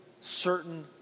certain